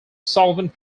solvent